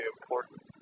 important